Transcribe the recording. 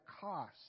cost